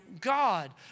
God